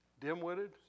dim-witted